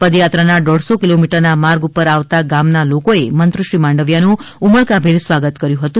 પદયાત્રાના દોઢસો કિલોમીટરના માર્ગ પર આવતા ગામના લોકોએ મંત્રીશ્રી માંડવીયાનું ઉમળકાભેર સ્વાગત કર્યું હતું